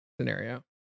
scenario